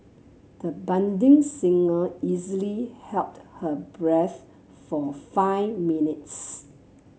the budding singer easily held her breath for five minutes